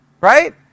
Right